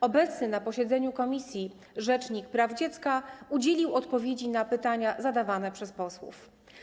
Obecny na posiedzeniu komisji rzecznik praw dziecka udzielił odpowiedzi na pytania zadawane przez posłów.